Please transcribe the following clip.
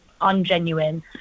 ungenuine